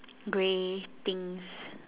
grey things